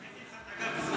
הפניתי לך את הגב.